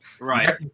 right